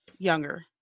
younger